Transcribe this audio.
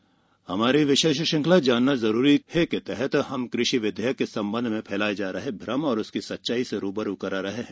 जानना जरूरी है हमारी श्रृंखला जानना जरूरी है के तहत हम कृषि विधेयक के संबंध में फैलाए जा रहे भ्रम और उसकी सच्चाई से रू ब रू करा रहे हैं